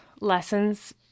lessons –